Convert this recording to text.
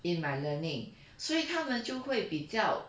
in my learning 所以他们就会比较